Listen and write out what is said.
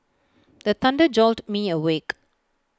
the thunder jolt me awake